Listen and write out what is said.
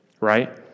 right